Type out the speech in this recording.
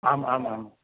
आम् आम् आम्